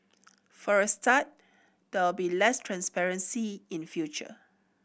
for a start there will be less transparency in future